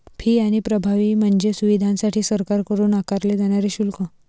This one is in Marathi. फी आणि प्रभावी म्हणजे सुविधांसाठी सरकारकडून आकारले जाणारे शुल्क